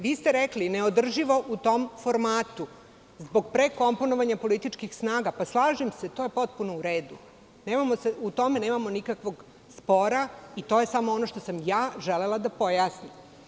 Vi ste rekli, neodrživo u tom formatu, zbog prekomponovanja političkih snaga, slažem se, to je potpuno u redu, tu nema nikakvog spora i to je samo ono što sa ja želela da pojasnim.